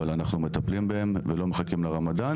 אנחנו מטפלים בהם ולא מחכים לרמדאן.